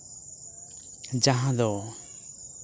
ᱡᱟᱦᱟᱸ ᱫᱚ